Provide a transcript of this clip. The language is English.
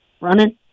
running